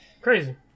Crazy